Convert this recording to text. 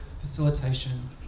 facilitation